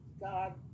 God